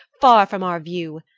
far from our view.